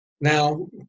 Now